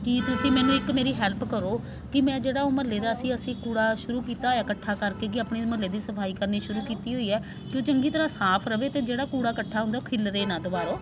ਕੀ ਤੁਸੀਂ ਮੈਨੂੰ ਇੱਕ ਮੇਰੀ ਹੈਲਪ ਕਰੋ ਕਿ ਮੈਂ ਜਿਹੜਾ ਉਹ ਮੁਹੱਲੇ ਦਾ ਸੀ ਅਸੀਂ ਕੂੜਾ ਸ਼ੁਰੂ ਕੀਤਾ ਹੋਇਆ ਇਕੱਠਾ ਕਰਕੇ ਕਿ ਆਪਣੀ ਮੁਹੱਲੇ ਦੀ ਸਫਾਈ ਕਰਨੀ ਸ਼ੁਰੂ ਕੀਤੀ ਹੋਈ ਹੈ ਕਿ ਉਹ ਚੰਗੀ ਤਰ੍ਹਾਂ ਸਾਫ਼ ਰਹੇ ਅਤੇ ਜਿਹੜਾ ਕੂੜਾ ਇਕੱਠਾ ਹੁੰਦਾ ਉਹ ਖਿਲਰੇ ਨਾ ਦੁਬਾਰਾ